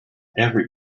every